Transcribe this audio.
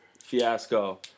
fiasco